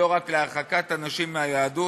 לא רק להרחקת אנשים מהיהדות,